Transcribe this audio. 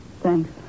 Thanks